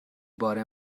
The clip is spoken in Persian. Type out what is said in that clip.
بار